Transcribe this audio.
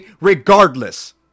regardless